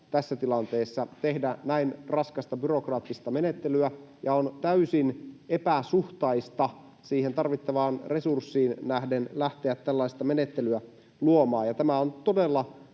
tässä tilanteessa tehdä näin raskasta byrokraattista menettelyä ja on täysin epäsuhtaista siihen tarvittavaan resurssiin nähden lähteä tällaista menettelyä luomaan. Tämä on todella